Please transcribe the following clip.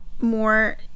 more